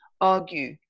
argue